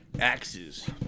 Axes